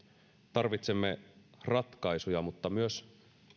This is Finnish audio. tarvitsemme ratkaisuja mutta myös